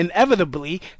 Inevitably